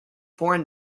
foreign